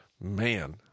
Man